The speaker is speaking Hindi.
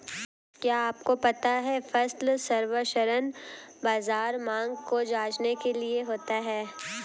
क्या आपको पता है फसल सर्वेक्षण बाज़ार मांग को जांचने के लिए होता है?